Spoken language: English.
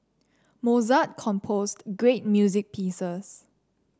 Mozart composed great music pieces